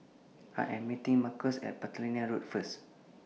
I Am meeting Marques At Platina Road First